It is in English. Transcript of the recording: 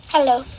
Hello